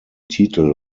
titel